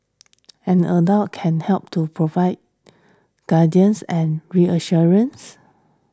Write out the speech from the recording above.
an adult can help to provide guidance and reassurance